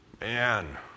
Man